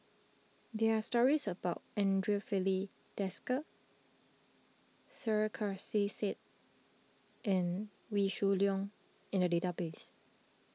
there are stories about andre Filipe Desker Sarkasi Said and Wee Shoo Leong in the database